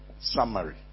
summary